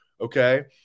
okay